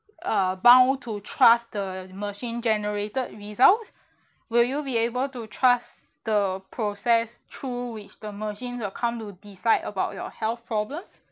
uh bound to trust the machine generated results will you be able to trust the process through which the machine will come to decide about your health problems